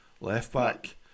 Left-back